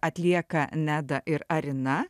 atlieka neda ir arina